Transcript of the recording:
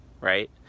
right